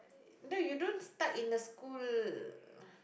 no you don't stuck in the school uh